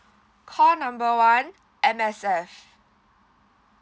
call number one M_S_F